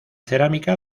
cerámica